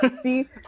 see